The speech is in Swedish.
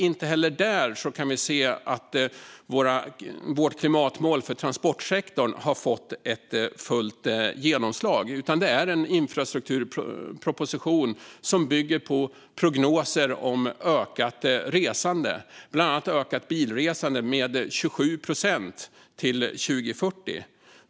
Inte heller där kan vi se att vårt klimatmål för transportsektorn har fått fullt genomslag, utan det är en infrastrukturproposition som bygger på prognoser om ökat resande, bland annat ett ökat bilresande med 27 procent till 2040.